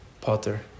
potter